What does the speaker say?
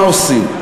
להחליט מה עושים.